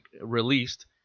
released